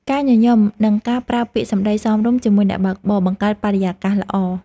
ការញញឹម និងការប្រើពាក្យសម្តីសមរម្យជាមួយអ្នកបើកបរ បង្កើតបរិយាកាសល្អ។